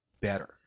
better